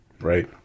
Right